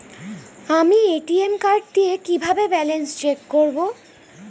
আমি ATM card দিয়ে কিভাবে ব্যালেন্স চেক করব?